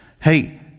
Hey